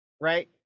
Right